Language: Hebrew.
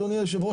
אדוני היו"ר,